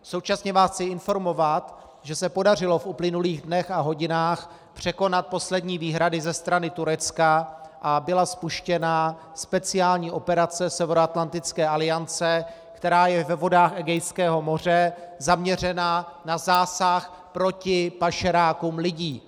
Současně vás chci informovat, že se podařilo v uplynulých dnech a hodinách překonat poslední výhrady ze strany Turecka a byla spuštěna speciální operace Severoatlantické aliance, která je ve vodách Egejského moře zaměřena na zásah proti pašerákům lidí.